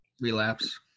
relapse